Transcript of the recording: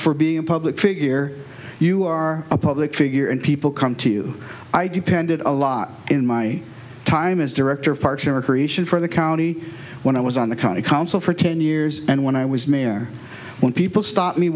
for being a public figure you are a public figure and people come to you i depended on a lot in my time as director of partner creation for the county when i was on the county council for ten years and when i was mayor when people stop me